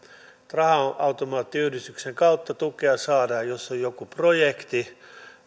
raha automaattiyhdistyksen kautta tukea saadaan jos on joku projekti